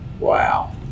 Wow